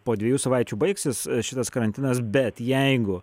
po dvejų savaičių baigsis šitas karantinas bet jeigu